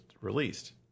released